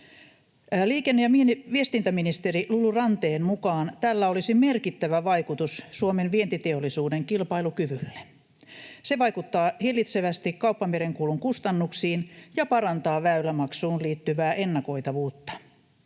Liikenne- ja viestintäministeri Lulu Ranteen mukaan tällä olisi merkittävä vaikutus Suomen vientiteollisuuden kilpailukyvylle. Se vaikuttaa hillitsevästi kauppamerenkulun kustannuksiin ja parantaa väylämaksuun liittyvää ennakoitavuutta.